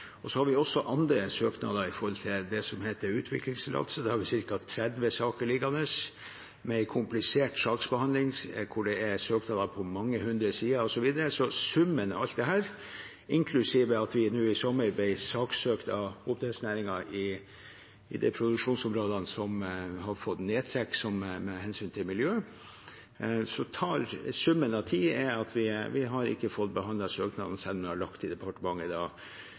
og så har vi også andre søknader, om det som heter utviklingstillatelser. Der har vi ca. 30 saker liggende, med en komplisert saksbehandling, hvor det er søknader på mange hundre sider osv. Så summen av alt dette, inklusiv at vi nå i sommer ble saksøkt av oppdrettsnæringen i det produksjonsområdet som har fått nedtrekk med hensyn til miljø, gjør at vi ikke har fått behandlet søknaden, selv om søknaden ble sendt til Fiskeridirektoratet i 2018. Og så får vi den etter hvert til klagebehandling hos oss, så den har kanskje ligget i departementet